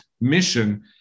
mission